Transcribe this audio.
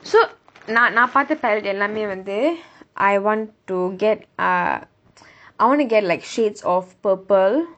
so நான் பார்த்த:naan paarttha palette எல்லாமே வந்து:ellaamae vanthu I want to get uh I want to get like shades of purple